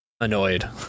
Annoyed